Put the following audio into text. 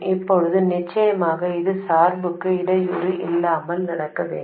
இப்போது நிச்சயமாக இது சார்புக்கு இடையூறு இல்லாமல் நடக்க வேண்டும்